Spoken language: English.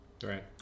Right